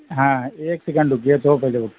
ہاں ایک سکنڈ رکیے تو پہلے